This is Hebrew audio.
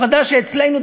הפרדה שאצלנו,